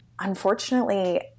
unfortunately